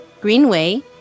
Greenway